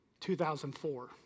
2004